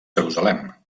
jerusalem